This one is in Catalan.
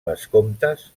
vescomtes